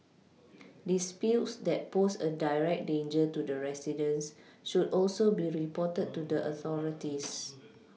disputes that pose a direct danger to the residents should also be reported to the authorities